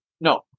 No